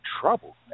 trouble